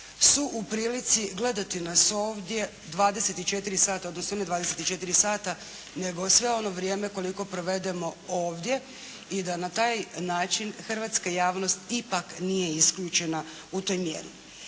su u prilici gledati nas ovdje 24 sata, odnosno ne 24 sata, nego sve ono vrijeme koliko provedemo ovdje i da na taj način hrvatska javnost ipak nije isključena u toj mjeri.